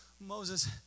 Moses